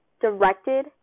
directed